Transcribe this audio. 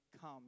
come